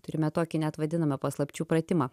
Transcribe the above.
turime tokį net vadiname paslapčių pratimą